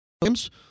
games